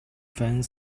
fan